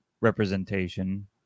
representation